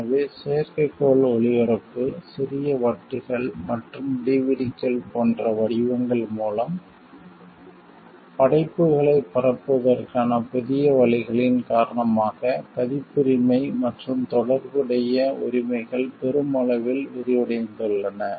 எனவே செயற்கைக்கோள் ஒளிபரப்பு சிறிய வட்டுகள் மற்றும் டிவிடிகள் போன்ற வடிவங்கள் மூலம் படைப்புகளைப் பரப்புவதற்கான புதிய வழிகளின் காரணமாக பதிப்புரிமை மற்றும் தொடர்புடைய உரிமைகள் பெருமளவில் விரிவடைந்துள்ளன